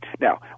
now